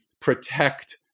protect